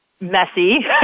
messy